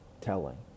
telling